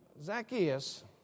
Zacchaeus